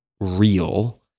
real